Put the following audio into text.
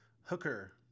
Hooker